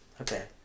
Okay